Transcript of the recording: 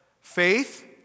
Faith